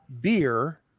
beer